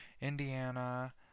indiana